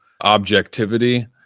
objectivity